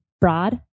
broad